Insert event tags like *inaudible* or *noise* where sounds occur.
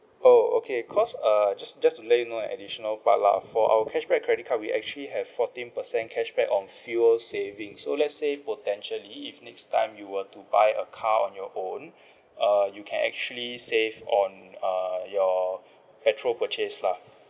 oh okay because err just just to let you know additional part lah for our cashback credit card we actually have fourteen percent cashback on fuel savings so let's say potentially if next time you were to buy a car on your own *breath* uh you can actually save on err your petrol purchase lah